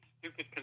stupid